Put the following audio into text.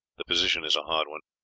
the position is a hard one.